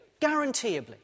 guaranteeably